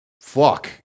Fuck